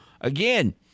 again